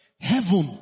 Heaven